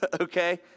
Okay